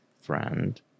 friend